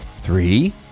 three